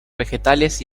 vegetales